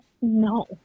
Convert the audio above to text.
No